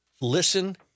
listen